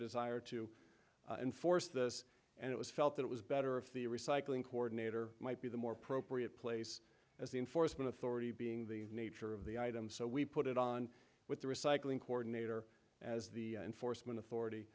desire to enforce this and it was felt that it was better if the recycling coordinator might be the more appropriate place as the enforcement authority being the nature of the item so we put it on with the recycling coordinator as the enforcement authority